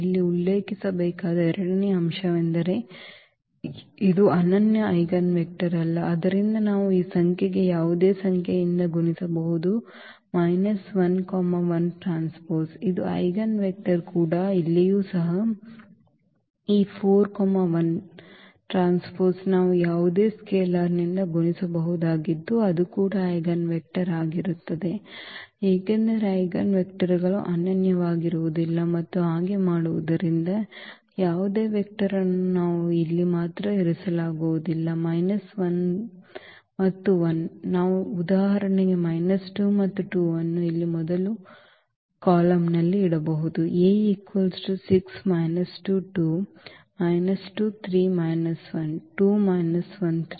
ಇಲ್ಲಿ ಉಲ್ಲೇಖಿಸಬೇಕಾದ ಎರಡನೇ ಅಂಶವೆಂದರೆ ಇದು ಅನನ್ಯ ಐಜೆನ್ ವೆಕ್ಟರ್ ಅಲ್ಲ ಆದ್ದರಿಂದ ನಾವು ಈ ಸಂಖ್ಯೆಗೆ ಯಾವುದೇ ಸಂಖ್ಯೆಯಿಂದ ಗುಣಿಸಬಹುದು ಇದು ಐಜೆನ್ ವೆಕ್ಟರ್ ಕೂಡ ಇಲ್ಲಿಯೂ ಸಹ ಈ ನಾವು ಯಾವುದೇ ಸ್ಕೇಲಾರ್ನಿಂದ ಗುಣಿಸಬಹುದಾಗಿದ್ದು ಅದು ಕೂಡ ಐಜೆನ್ ವೆಕ್ಟರ್ ಆಗಿರುತ್ತದೆ ಏಕೆಂದರೆ ಐಜೆನ್ವೆಕ್ಟರ್ಗಳು ಅನನ್ಯವಾಗಿರುವುದಿಲ್ಲ ಮತ್ತು ಹಾಗೆ ಮಾಡುವುದರಿಂದ ಯಾವುದೇ ವೆಕ್ಟರ್ ಅನ್ನು ನಾವು ಇಲ್ಲಿ ಮಾತ್ರ ಇರಿಸಲಾಗುವುದಿಲ್ಲ 1 ಮತ್ತು 1 ನಾವು ಉದಾಹರಣೆಗೆ 2 ಮತ್ತು 2 ಅನ್ನು ಇಲ್ಲಿ ಮೊದಲ ಕಾಲಮ್ನಲ್ಲಿ ಇಡಬಹುದು